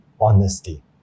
honesty